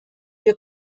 wir